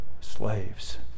slaves